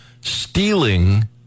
stealing